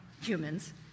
humans